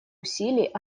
усилий